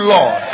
Lord